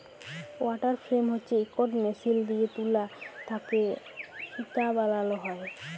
water frame হছে ইকট machine দিঁয়ে তুলা থ্যাকে সুতা বালাল হ্যয়